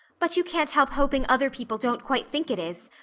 but you can't help hoping other people don't quite think it is.